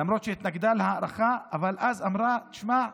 למרות שהתנגדה להארכה, אמרה: תשמע,